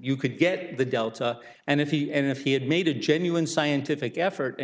you could get the delta and if you and if he had made a genuine scientific effort